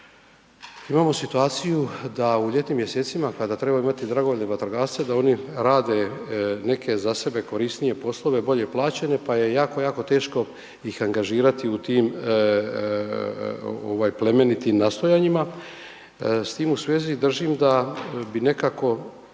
imamo situaciju da u ljetnim mjesecima kada trebamo imati dragovoljne vatrogasce da oni rade neke za sebe korisnije poslove, bolje plaćene, pa je jako jako teško ih angažirati u tim plemenitim nastojanjima. S tim u svezi držim da bi nekako